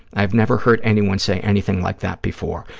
i have never heard anyone say anything like that before.